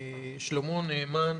שלמה נאמן?